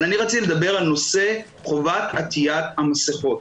אבל אני רציתי לדבר על נושא חובת עטיית מסכות.